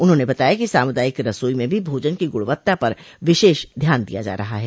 उन्होंने बताया कि सामुदायिक रसोई में भी भोजन की गुणवत्ता पर विशेष ध्यान दिया जा रहा है